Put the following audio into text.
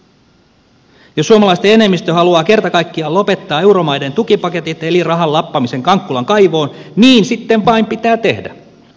jos suomalaisten enemmistö haluaa kerta kaikkiaan lopettaa euromaiden tukipaketit eli rahan lappamisen kankkulan kaivoon niin sitten vain pitää tehdä